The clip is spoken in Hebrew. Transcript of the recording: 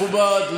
לא מכובד.